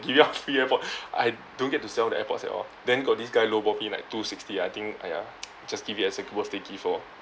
giving out free airpod I don't get to sell the airpods at all then got this guy lowball me like two sixty I think !aiya! just give it as a wor~ day gift orh